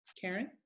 Karen